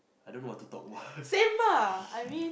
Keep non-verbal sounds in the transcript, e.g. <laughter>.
I don't know what to talk about <laughs>